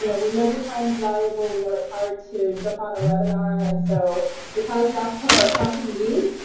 you know we know your time's valuable. we know it's hard to jump on a webinar, and so because that's kind of a pressing need,